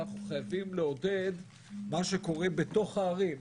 אנחנו חייבים לעודד מה שקורה בתוך הערים.